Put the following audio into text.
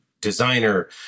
designer